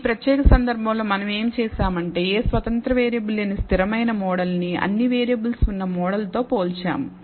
ఈ ప్రత్యేక సందర్భంలో మనం ఏమి చేసామంటే ఏ స్వతంత్ర వేరియబుల్స్ లేని స్థిరమైన మోడల్ నిఅన్ని వేరియబుల్స్ ఉన్న మోడల్ తో పోల్చాము